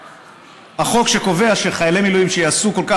החוק שקובע שחיילי מילואים שיעשו כל כך